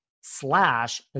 slash